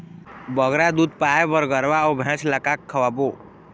बगरा दूध पाए बर गरवा अऊ भैंसा ला का खवाबो?